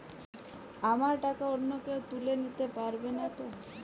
আমার টাকা অন্য কেউ তুলে নিতে পারবে নাতো?